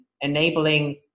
enabling